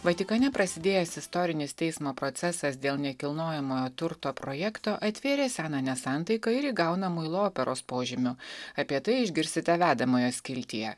vatikane prasidėjęs istorinis teismo procesas dėl nekilnojamojo turto projekto atvėrė seną nesantaiką ir įgauna muilo operos požymių apie tai išgirsite vedamojo skiltyje